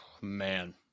Man